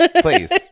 please